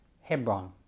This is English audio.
Hebron